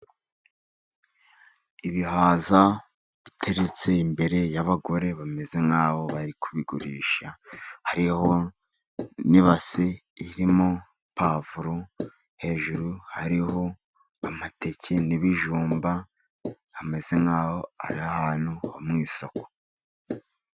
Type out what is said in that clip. Ibihaza biteretse imbere y'abagore bameze nk'aho bari kubigurisha. Hariho n'ibasi irimo pavuro, hejuru hariho amateke, n'ibijumba. Hameze nk'aho ari ahantu mu isoko.